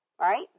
Right